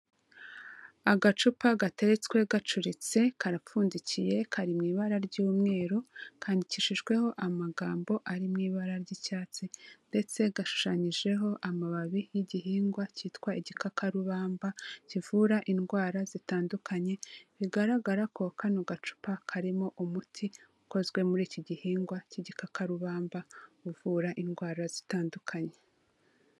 Agacupa gateretswe gacuritse, karapfundikiye, kari mu ibara ry'umweru. Kandikishijweho amagambo ari mu ibara ry'icyatsi, ndetse gashushanyijeho amababi y'igihigwa kitwa igikaka rubamba kivura indwara zitandukanye. Bigaragara ko kano gacupa karimo uno muti uvura indwara zitandukanye.